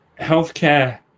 Healthcare